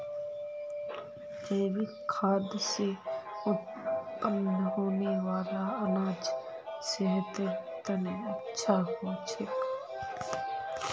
जैविक खाद से उत्पन्न होने वाला अनाज सेहतेर तने अच्छा होछे